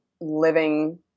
living